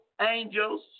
angels